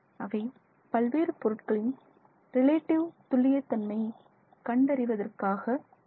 அவை பல்வேறு பொருட்களின் ரிலேட்டிவ் துல்லியத்தன்மை கண்டறிவதற்காக உள்ளன